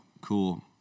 cool